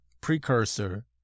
precursor